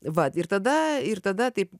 va ir tada ir tada taip